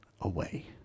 away